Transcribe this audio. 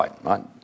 Right